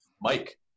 Mike